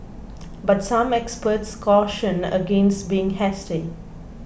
but some experts cautioned against being hasty